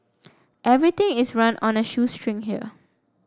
everything is run on a shoestring here